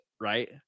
right